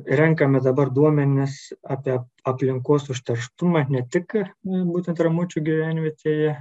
renkame dabar duomenis apie aplinkos užterštumą ne tik būtent ramučių gyvenvietėje